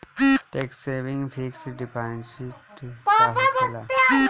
Tax saving fix deposit का होखे ला?